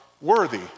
worthy